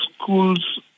schools